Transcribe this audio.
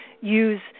use